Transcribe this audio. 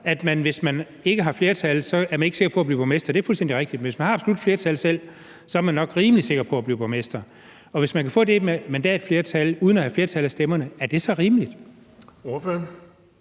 at hvis man ikke har flertal, så er man ikke sikker på at blive borgmester; det er fuldstændig rigtigt, men hvis man har absolut flertal selv, så er man nok rimelig sikker på at blive borgmester. Altså, hvis man kan få det mandatflertal uden at have et flertal af stemmerne, er det så rimeligt? Kl.